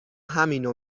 همینو